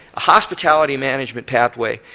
a hospitality management pathway,